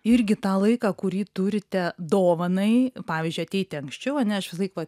irgi tą laiką kurį turite dovanai pavyzdžiui ateiti anksčiau ane aš visąlaik va